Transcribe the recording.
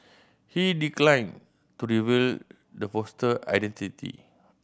he declined to reveal the poster identity